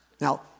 Now